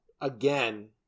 again